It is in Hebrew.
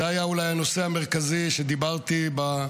זה היה אולי הנושא המרכזי שדיברתי עליו